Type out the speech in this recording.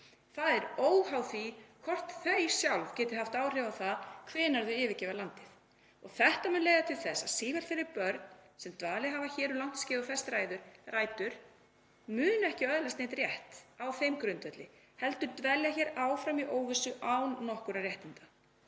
það óháð því hvort þau geti sjálf haft áhrif á það hvenær þau yfirgefa landið. Þetta mun leiða til þess að sífellt fleiri börn sem dvalið hafa hér um langt skeið og fest rætur munu ekki öðlast neinn rétt á þeim grundvelli heldur dvelja hér áfram í óvissu án nokkurra réttinda.